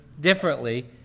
differently